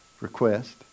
Request